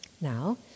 now